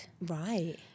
Right